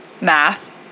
Math